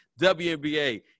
WNBA